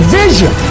vision